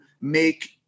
make